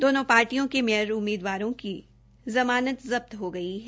दोनो पार्टियों के मेयर उम्मीदवारों की जमानत जब्त हो गई है